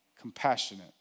compassionate